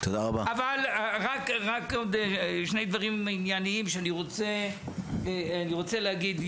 רק עוד שני דברים ענייניים שאני רוצה להגיד.